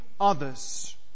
Others